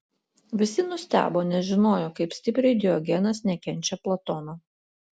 visi nustebo nes žinojo kaip stipriai diogenas nekenčia platono